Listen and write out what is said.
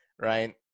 right